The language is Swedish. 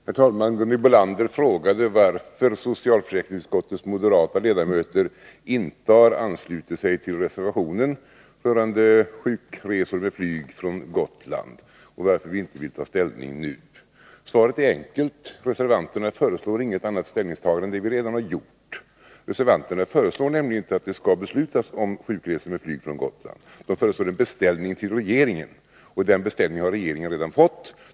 Herr talman! Gunhild Bolander frågade varför socialförsäkringsutskottets moderata ledamöter inte har anslutit sig till reservationen rörande sjukresor med flyg från Gotland och varför vi inte vill ta ställning nu. Svaret är enkelt. Reservanterna föreslår inget annat ställningstagande än det vi redan har gjort. Reservanterna föreslår nämligen inte att det skall beslutas om sjukresor med flyg från Gotland. De föreslår en beställning till regeringen, och den beställningen har regeringen redan fått.